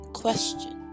question